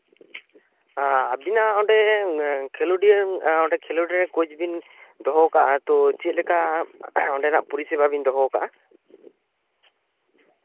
ᱟᱵᱤᱱᱟᱜ ᱚᱱᱰᱮ ᱠᱷᱮᱞᱳᱰᱤᱭᱟᱹ ᱠᱳᱪ ᱵᱤᱱ ᱫᱚᱦᱚ ᱠᱟᱜᱼᱟ ᱛᱳ ᱪᱮᱫ ᱞᱮᱠᱟ ᱚᱱᱰᱮᱱᱟᱜ ᱯᱚᱨᱤᱥᱮᱵᱟ ᱵᱤᱱ ᱫᱚᱦᱚ ᱠᱟᱜᱼᱟ